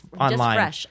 online